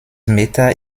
meter